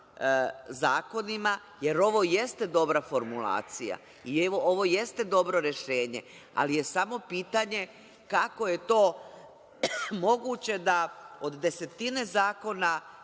zakonima, jer ovo jeste dobra formulacija. Ovo jeste dobro rešenje, ali je samo pitanje kako je to moguće da od desetine zakona